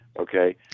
Okay